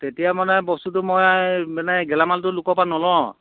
তেতিয়া মানে বস্তুটো মই মানে গেলামালটো লোকৰপৰা নলওঁ আৰু